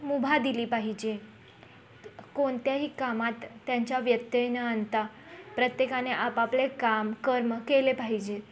मुभा दिली पाहिजे कोणत्याही कामात त्यांच्या व्यत्यत न आणता प्रत्येकाने आपापले काम कर्म केले पाहिजे